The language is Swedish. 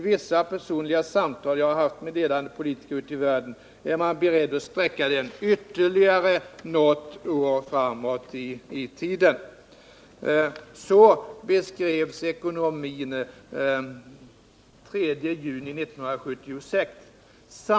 I vissa personliga samtal jag har haft med ledande politiker ute i världen är man beredd sträcka den ytterligare något år fram i tiden.” Så beskrevs ekonomin den 3 juni 1976.